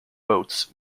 boats